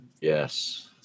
Yes